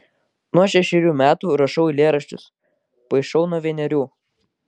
nuo šešerių metų rašau eilėraščius paišau nuo vienerių